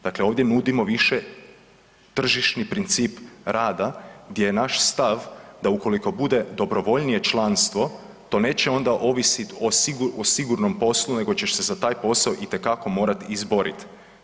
Dakle, ovdje nudimo više tržišni princip rada gdje je naš stav da ukoliko bude dobrovoljnije članstvo to neće onda ovisit o sigurnom poslu nego ćeš se za taj posao itekako morat izborit.